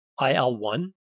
IL-1